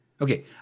Okay